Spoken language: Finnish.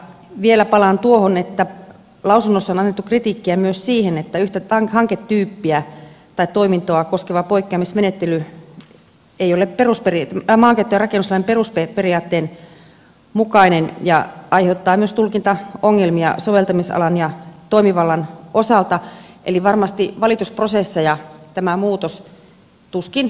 vielä palaan tuohon että lausunnossa on annettu kritiikkiä myös siihen että yhtä hanketyyppiä tai toimintoa koskeva poikkeamismenettely ei ole maankäyttö ja rakennuslain perusperiaatteen mukainen ja aiheuttaa myös tulkintaongelmia soveltamisalan ja toimivallan osalta eli varmasti valitusprosesseja tämä muutos tuskin tulee ainakaan ensisijaisesti vähentämään